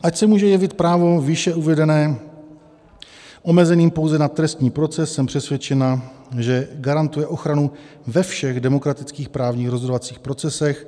Ač se může jevit právo výše uvedené omezeným pouze na trestní proces, jsem přesvědčena, že garantuje ochranu ve všech demokratických právních rozhodovacích procesech.